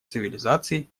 цивилизаций